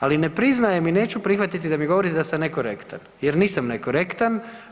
Ali ne priznajem i neću prihvatite da mi govorite da sam nekorektan, jer nisam nekorektan.